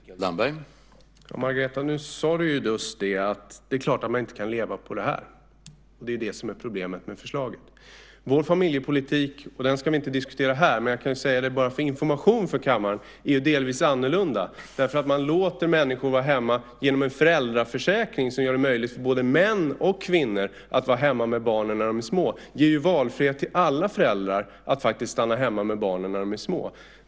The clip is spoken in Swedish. Herr talman! Ja, Margareta, nu sade du just att det är klart att man inte kan leva på det, och det är det som är problemet med förslaget. Vår familjepolitik - den ska vi inte diskutera här, men jag kan ju säga det som information för kammaren - är delvis annorlunda. Man låter människor vara hemma genom en föräldraförsäkring som gör det möjligt för både män och kvinnor att vara hemma med barnen när de är små. Det ger valfrihet för alla föräldrar att faktiskt stanna hemma med barnen när de är små.